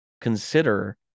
consider